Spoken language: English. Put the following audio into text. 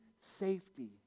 safety